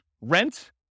rent